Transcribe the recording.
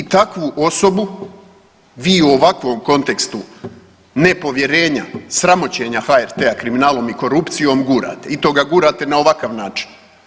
I takvu osobu vi u ovakvom kontekstu nepovjerenja, sramoćenja HRT-a kriminalom i korupcijom gurate i to ga gurate na ovakav način.